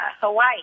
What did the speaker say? Hawaii